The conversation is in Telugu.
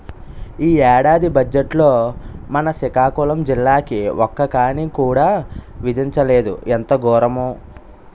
ఈ ఏడాది బజ్జెట్లో మన సికాకులం జిల్లాకి ఒక్క కానీ కూడా విదిలించలేదు ఎంత గోరము